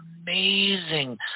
amazing